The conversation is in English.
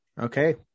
Okay